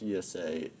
TSA